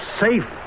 safe